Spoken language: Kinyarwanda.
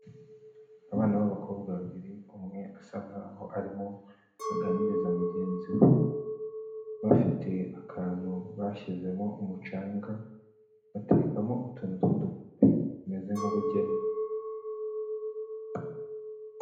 Abana b'abakobwa babiri, umwe asa nkaho arimo aganiriza mugenzi we, bafite akantu bashyizemo umucanga, baterekamo utuntu tw'udupupe bimeze nk'ubugeni.